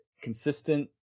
consistent